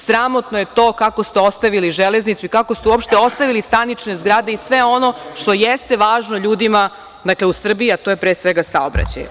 Sramotno je to kako ste ostavili Železnicu i kako ste uopšte ostavili stanične zgrade i sve ono što jeste važno ljudima u Srbiji, a to je saobraćaj.